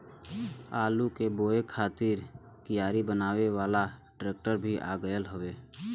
आलू के बोए खातिर कियारी बनावे वाला ट्रेक्टर भी आ गयल हउवे